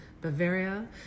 Bavaria